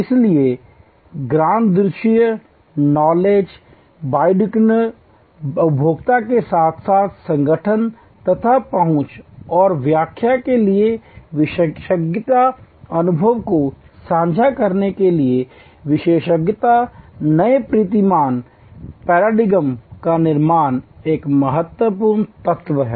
इसलिए ज्ञान द्विदिश उपभोक्ता के साथ साथ संगठन तक पहुंच और व्याख्या के लिए विशेषज्ञता अनुभवों को साझा करने के लिए विशेषज्ञता नए प्रतिमान का निर्माण एक महत्वपूर्ण तत्व है